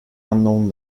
unknown